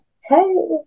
hey